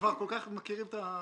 כבר כל כך מכירים את הריטואל.